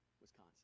Wisconsin